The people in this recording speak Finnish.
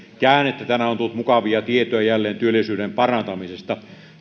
käännettä tänään on tullut jälleen mukavia tietoja työllisyyden parantumisesta